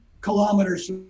kilometers